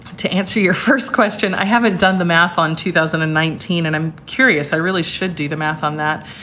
to answer your first question, i haven't done the math on two thousand and nineteen. and i'm curious. i really should do the math on that.